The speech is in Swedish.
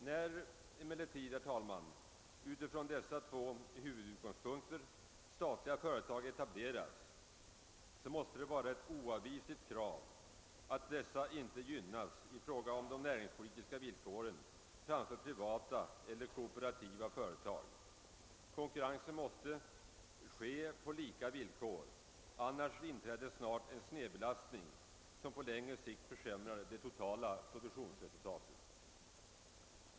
När emellertid statliga företag av dessa två huvudskäl etableras måste det vara ett oavvisligt krav att dessa icke gynnas i fråga om de näringspolitiska villkoren framför privata eller kooperativa företag. Konkurrensen måste ske på lika villkor; annars inträffar snart en snedbelastning som på längre sikt försämrar det totala produktionsresultatet.